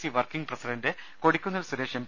C working president Kodikunnil Suresh M